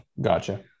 Gotcha